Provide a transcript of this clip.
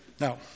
Now